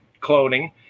cloning